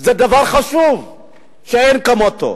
זה דבר חשוב שאין כמותו.